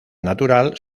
natural